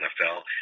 NFL